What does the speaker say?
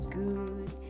good